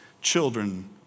children